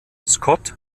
scott